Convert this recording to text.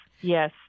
yes